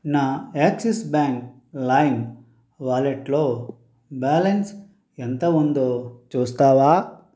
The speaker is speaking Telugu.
నా యాక్సిస్ బ్యాంక్ లైమ్ వాలెట్లో బ్యాలన్స్ ఎంత ఉందో చూస్తావా